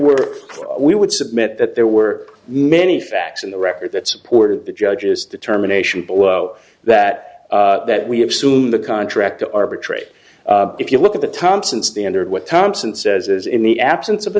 were we would submit that there were many facts in the record that supported the judge's determination below that that we have soon the contract to arbitrate if you look at the thompson standard what thompson says is in the absence of